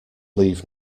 leave